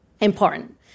important